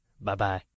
Bye-bye